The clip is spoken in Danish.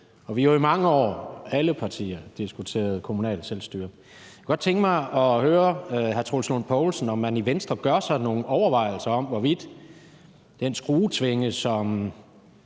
Vi har jo i mange år – alle partierne – diskuteret det kommunale selvstyre. Jeg kunne godt tænke mig at høre hr. Troels Lund Poulsen, om man i Venstre gør sig nogle overvejelser om, hvorvidt den skruetvinge, som